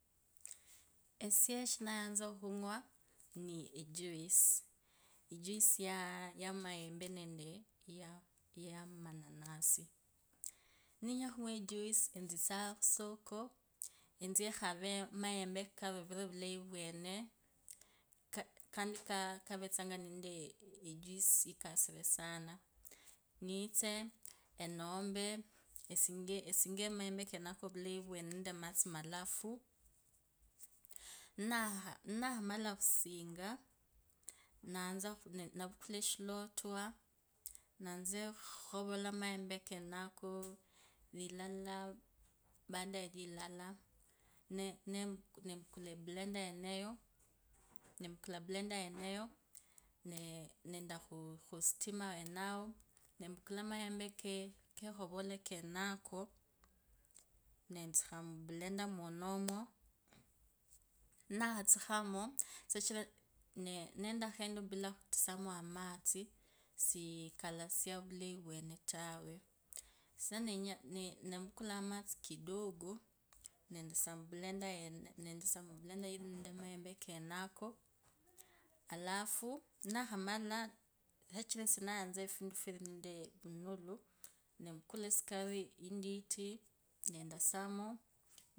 Esie nayatsa khunywaechuisi echuisi, echuisi yaa maembo nende mananasi, nininya khunywa echuisi. Etsitsanga khusoko ekhave maembe karovire vulayi vwene. Kavetsanga nende echuisi nitse onom esinge maembe keneko nende matsi malafu, ninakhamala khusinga, ndavukula eshiluotasa, natsa khukhovola maembe kenaku, lila baada yalilala nevukula epulenda yeneyo nendo khusitima wenayo nempukula maembe kekhovole kenako netsukha mupulenda mwenomwo, ninakhutsukhamo. Sichira nendokha bila khutsukhuma amatsi sikalasia ovulai tawe, sa ne, ni, ndavukula amatsi kidogo nendasio mupulenda ili nende maembe kenako, alafu ninakhamala, sichira esie nayatsa ofundu fulimo ovunulu, nempakala esukari intiti nendasiamo.